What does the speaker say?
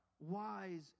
wise